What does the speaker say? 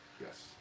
Yes